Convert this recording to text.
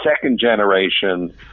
second-generation